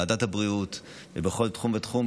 בוועדת הבריאות ובכל תחום ותחום,